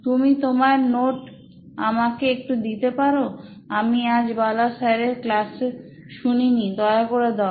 তুমি তোমার নোটস আমাকে একটু দিতে পারো আমি আজ বালা স্যারের ক্লাস শুনিনি দয়া করে দাও